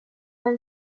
and